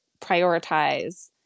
prioritize